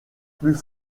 plus